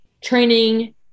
training